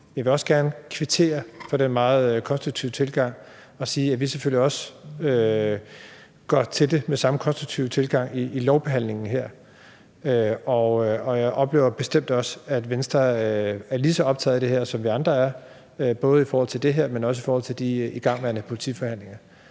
Jeg vil gerne kvittere for den meget konstruktive tilgang og sige, at vi selvfølgelig også går til det med samme konstruktive tilgang i lovbehandlingen her, og jeg oplever bestemt også, at Venstre er lige så optaget af det her, som vi andre er, både i forhold til det her, men også i forhold til de igangværende politiforhandlinger.